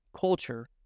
culture